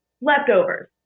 Leftovers